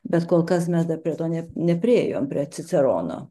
bet kol kas mes dar prie to nė nepriėjom prie cicerono